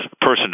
person